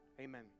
Amen